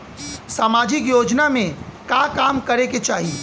सामाजिक योजना में का काम करे के चाही?